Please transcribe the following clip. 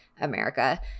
America